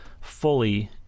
fully